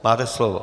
Máte slovo.